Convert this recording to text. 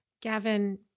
Gavin